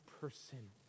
person